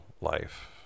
life